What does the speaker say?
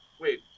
Wait